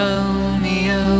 Romeo